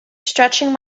stretching